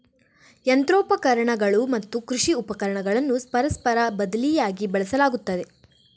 ಯಂತ್ರೋಪಕರಣಗಳು ಮತ್ತು ಕೃಷಿ ಉಪಕರಣಗಳನ್ನು ಪರಸ್ಪರ ಬದಲಿಯಾಗಿ ಬಳಸಲಾಗುತ್ತದೆ